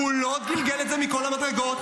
--- הוא לא גלגל את זה מכל המדרגות.